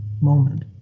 moment